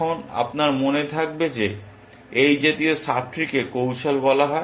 এখন আপনার মনে থাকবে যে এই জাতীয় সাব ট্রিকে কৌশল বলা হয়